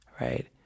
right